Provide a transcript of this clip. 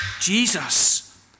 Jesus